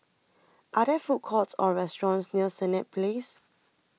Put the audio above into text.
Are There Food Courts Or restaurants near Senett Place